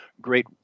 great